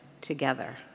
together